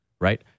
right